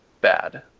bad